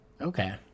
Okay